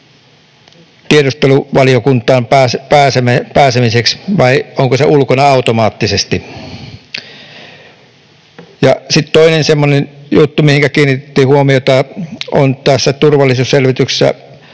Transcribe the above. tiedusteluvaliokuntaan pääsemään vai onko hän ulkona automaattisesti. Sitten toinen semmoinen juttu, mihinkä kiinnitettiin huomiota, on tässä turvallisuusselvityksessä.